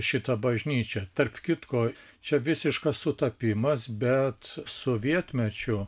šitą bažnyčia tarp kitko čia visiškas sutapimas bet sovietmečiu